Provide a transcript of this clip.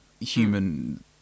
human